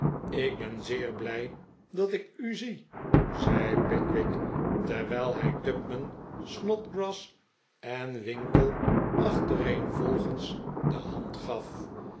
ik ben zeer blij dat ik u zie zei pickwick terwijl hij tupman snodgrass en winkle achtereenvolgens de hand gaf